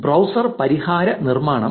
browser പരിഹാരങ്ങൾ നിർമ്മിക്കണം